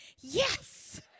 yes